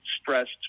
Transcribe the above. stressed